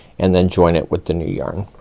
and then join it with the new yarn.